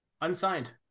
unsigned